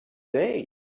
day